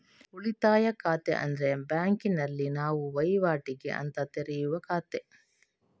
ಉಳಿತಾಯ ಖಾತೆ ಅಂದ್ರೆ ಬ್ಯಾಂಕಿನಲ್ಲಿ ನಾವು ವೈವಾಟಿಗೆ ಅಂತ ತೆರೆಯುವ ಖಾತೆ